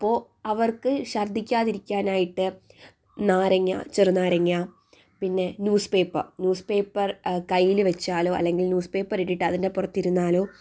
അപ്പോൾ അവർക്ക് ചർദ്ദിക്കാതിരിക്കാനായിട്ട് നാരങ്ങ ചെറുനാരങ്ങ പിന്നെ ന്യൂസ് പേപ്പർ ന്യൂസ് പേപ്പർ കയ്യിൽ വച്ചാലോ അല്ലെങ്കിൽ ന്യൂസ് പേപ്പർ ഇട്ടിട്ട് അതിൻ്റെ പുറത്ത് ഇരുന്നാലോ